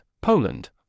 Poland